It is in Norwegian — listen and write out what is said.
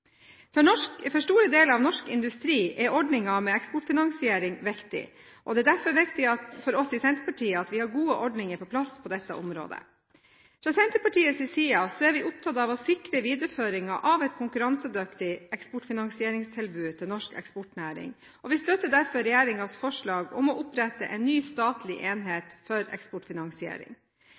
for norske eksportører. For store deler av norsk industri er ordningen med eksportfinansiering viktig, og det er derfor viktig for oss i Senterpartiet at vi har gode ordninger på plass på dette området. Fra Senterpartiets side er vi opptatt av å sikre videreføringen av et konkurransedyktig eksportfinansieringstilbud til norsk eksportnæring, og vi støtter derfor regjeringens forslag om å opprette en ny statlig enhet for eksportfinansiering.